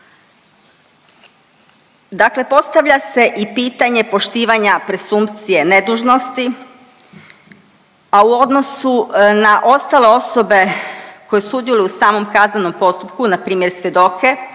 Dakle postavlja se i pitanje poštivanja presumpcije nedužnosti, a u odnosu a u odnosu na ostale osobe koje sudjeluju u samom kaznenom postupku, npr. svjedoke